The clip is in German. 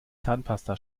zahnpasta